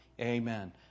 amen